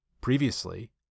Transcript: previously